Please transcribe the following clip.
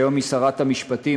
שהיום היא שרת המשפטים,